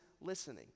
listening